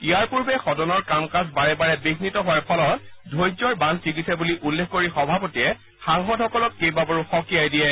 ইয়াৰ পূৰ্বে সদনৰ কাম কাজ বাৰে বিঘ়িত হোৱাৰ ফলত ধৈৰ্য্যৰ বান্ধ ছিগিছে বুলি উল্লেখ কৰি সভাপতিয়ে সাংসদসকলক কেইবাবাৰো সঁকিয়াই দিয়ে